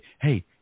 Hey